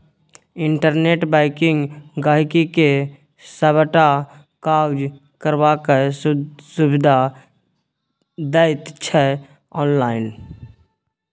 internet banking गांहिकी के सबटा काज करबाक सुविधा दैत छै आनलाइन